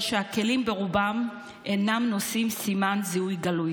שהכלים ברובם אינם נושאים סימן זיהוי גלוי.